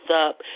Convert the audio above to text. up